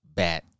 bad